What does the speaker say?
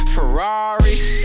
Ferraris